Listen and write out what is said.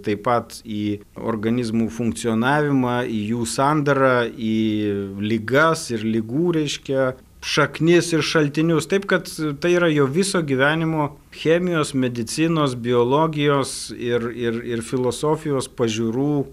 taip pat į organizmų funkcionavimą į jų sandarą į ligas ir ligų reiškia šaknis ir šaltinius taip kad tai yra jo viso gyvenimo chemijos medicinos biologijos ir ir ir filosofijos pažiūrų